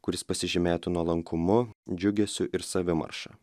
kuris pasižymėtų nuolankumu džiugesiu ir savimarša